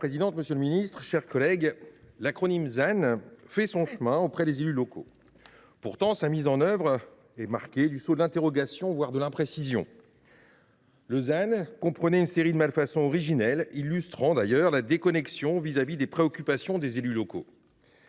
Madame la présidente, monsieur le ministre, mes chers collègues, l’acronyme ZAN fait son chemin auprès des élus locaux. Pourtant, sa mise en œuvre est marquée du sceau de l’interrogation, voire de l’imprécision. Le ZAN comprenait une série de malfaçons originelles illustrant une déconnexion par rapport aux préoccupations des élus locaux.